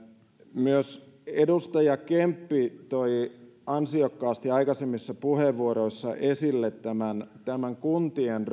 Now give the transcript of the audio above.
myös edustaja kemppi toi ansiokkaasti aikaisemmissa puheenvuoroissa esille kuntien